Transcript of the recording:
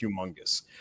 humongous